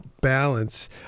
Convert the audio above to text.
balance